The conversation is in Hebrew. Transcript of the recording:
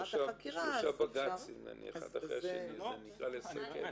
השלמת החקירה -- אם הוא הגיש שלושה בג"צים אחד אחרי השני זה נקרא לסכל?